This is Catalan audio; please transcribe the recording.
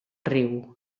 riu